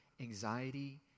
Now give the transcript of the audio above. anxiety